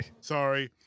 Sorry